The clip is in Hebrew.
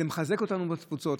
זה מחזק אותנו בתפוצות,